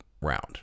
round